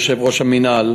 יושב-ראש המינהל